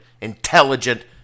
intelligent